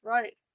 Right